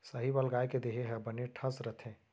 साहीवाल गाय के देहे ह बने ठस रथे